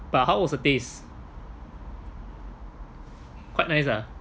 but how was the taste quite nice ah